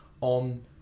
on